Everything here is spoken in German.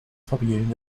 familien